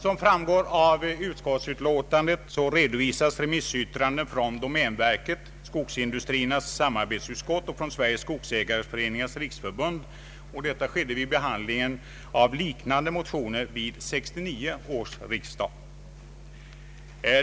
Som framgår av utskottsutlåtandet redovisas remissyttranden från domänverket, Skogindustriernas samarbetsutskott och från Sveriges skogsägareföreningars riksförbund vid behandling av liknande motioner vid 1969 års riksdag.